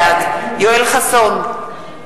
בעד יואל חסון,